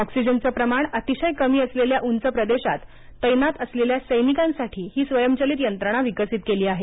ऑक्सिजनचं प्रमाण अतिशय कमी असलेल्या उंच प्रदेशात तैनात असलेल्या सैनिकांसाठी ही स्वयंचलित यंत्रणा विकसित केली आहे